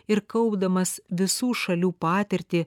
ir kaupdamas visų šalių patirtį